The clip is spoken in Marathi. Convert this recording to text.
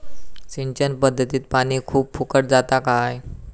सिंचन पध्दतीत पानी खूप फुकट जाता काय?